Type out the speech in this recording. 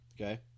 Okay